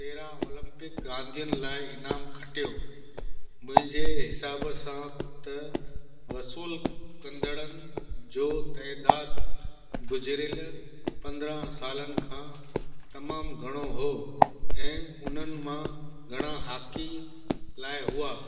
पेरा ओलम्पिक रांदियुनि लाइ इनाम खटियो मुंहिंजे हिसाब सां त वसूल कंदड़नि जो तइदादु गुज़िरियल पंद्रहं सालनि खां तमामु घणो हो ऐं उन्हनि मां घणा हॉकी लाइ हुआ